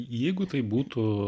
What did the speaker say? jeigu tai būtų